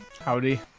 Howdy